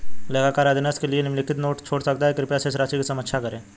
लेखाकार अधीनस्थ के लिए निम्नलिखित नोट छोड़ सकता है कृपया शेष राशि की समीक्षा करें